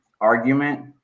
argument